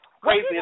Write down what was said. Crazy